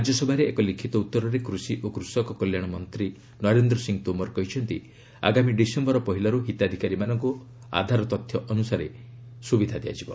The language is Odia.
ରାଜ୍ୟସଭାରେ ଏକ ଲିଖିତ ଉତ୍ତରରେ କୃଷି ଓ କୃଷକ କଲ୍ୟାଣ ମନ୍ତ୍ରୀ ନରେନ୍ଦ୍ର ସିଂହ ତୋମର କହିଛନ୍ତି ଆଗାମୀ ଡିସେମ୍ବର ପହିଲାର୍ ହିତାଧିକାରୀମାନଙ୍କ ଆଧାର ତଥ୍ୟ ଅନୁସାରେ ସୁବିଧା ଦିଆଯିବ